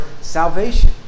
salvation